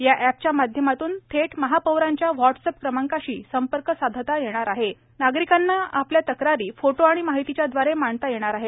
या अॅपच्या माध्यमातून थेट महापौरांच्या व्हाट्सअप क्रमांकाशी संपर्क साधता येणार असून नागरिकांना आपल्या तक्रारी फोटो आणि माहितीच्यादवारे मांडता येणार आहेत